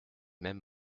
même